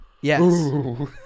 Yes